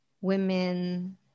women